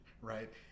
right